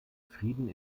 frieden